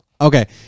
okay